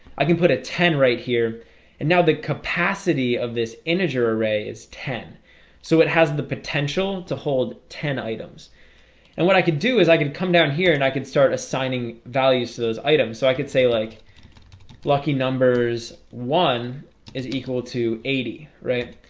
i can put a ten right here and now the capacity of this integer array is ten so it has the potential to hold ten items and what i could do is i could come down here and i can start assigning values to those items so i could say like lucky numbers one is equal to eighty, right?